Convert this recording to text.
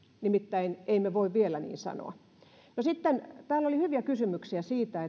nimittäin emme voi vielä niin sanoa sitten täällä oli hyviä kysymyksiä siitä